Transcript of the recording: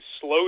slow